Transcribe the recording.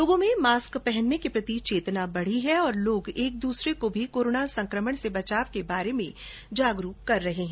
लोगों में मास्क पहनने के प्रति चेतना बढी है और लोग एक दूसरे को भी कोरोना संक्रमण से बचाव के बारे में जागृत कर रहे हैं